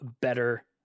better